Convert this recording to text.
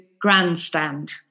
grandstand